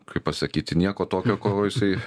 kaip pasakyti nieko tokio ko jisai